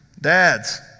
Dads